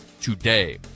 today